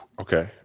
Okay